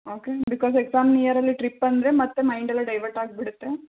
okay because exam near ಅಲ್ಲೆ trip ಅಂದರೆ ಮತ್ತೆ ಮೈಂಡ್ ಎಲ್ಲ ಡೈವರ್ಟಾಗಿಬಿಡುತ್ತೆ